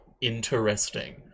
interesting